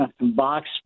box